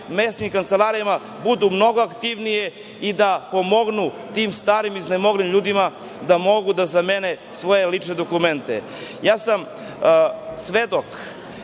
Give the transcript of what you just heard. mesnim kancelarijama budu mnogo aktivnije i da pomognu tim starim, iznemoglim ljudima da mogu da zamene svoja lična dokumenta. Ja sam svedok